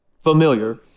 familiar